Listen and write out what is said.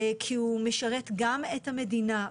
כי הוא משרת גם את המדינה.